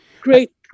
Great